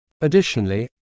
Additionally